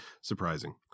Surprising